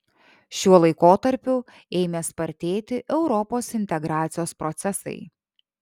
šiuo laikotarpiu ėmė spartėti europos integracijos procesai